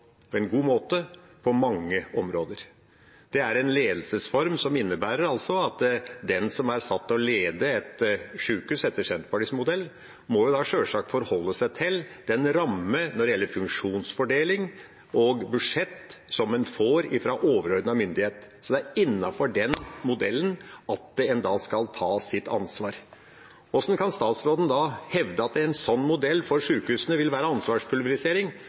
en god måte på mange områder. Det er en ledelsesform som altså innebærer at den som er satt til å lede et sjukehus etter Senterpartiets modell, sjølsagt må forholde seg til den rammen en får fra overordnet myndighet når det gjelder funksjonsfordeling og budsjett. Så det er innenfor den modellen at en skal ta sitt ansvar. Hvordan kan statsråden da hevde at en sånn modell for sjukehusene vil være ansvarspulverisering,